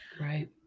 Right